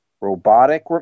robotic